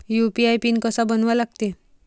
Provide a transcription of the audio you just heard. UPI pin कसा बनवा लागते?